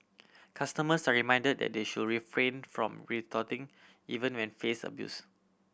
customers are reminded that they should refrain from retorting even when faced abuse